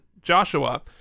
Joshua